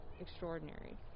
extraordinary